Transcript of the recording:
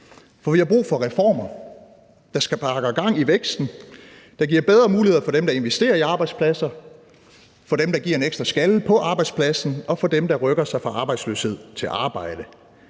For vi har brug for reformer, der sparker gang i væksten, der giver bedre muligheder for dem, der investerer i arbejdspladser, for dem, der giver en ekstra skalle på arbejdspladsen, og for dem, der rykker sig fra arbejdsløshed til arbejde.